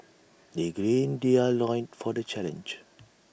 they gird their loins for the challenge